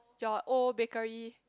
your old bakery